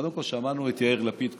קודם כול, שמענו את יאיר לפיד קודם.